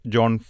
John